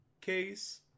case